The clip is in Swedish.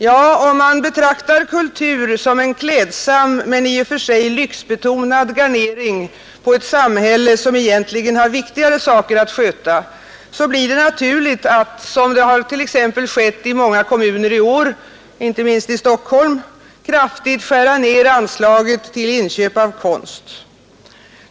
Ja, om man betraktar kultur som en klädsam men i och för sig lyxbetonad garnering på ett samhälle som egentligen har viktigare saker att sköta, så blir det naturligt att, t.ex. som skett i många kommuner i år — inte minst i Stockholm —, kraftigt skära ned anslaget till inköp av konst.